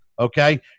okay